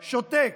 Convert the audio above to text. שותק,